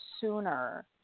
sooner